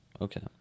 Okay